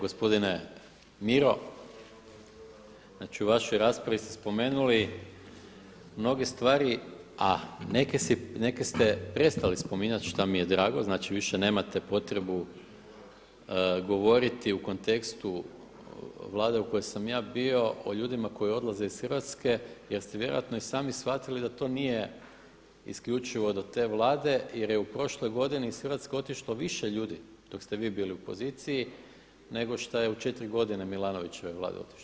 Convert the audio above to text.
Gospodine Miro, znači u vašoj raspravi ste spomenuli mnoge stvari a neke ste prestali spominjati što mi je drago, znači više nemate potrebu govoriti u kontekstu Vlade u kojoj sam ja bio o ljudima koji odlaze iz Hrvatske jer ste vjerojatno i sami shvatili da to nije isključivo do te Vlade jer je u prošloj godini iz Hrvatske otišlo više ljudi dok ste vi bili u poziciji nego što je u 4 godine Milanovićeve Vlade otišlo.